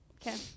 Okay